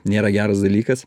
nėra geras dalykas